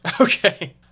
Okay